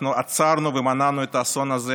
אנחנו עצרנו ומנענו את האסון הזה